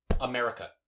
America